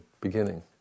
beginning